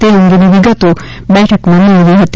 તે અંગેની વિગતો બેઠકમાં મેળવી હતી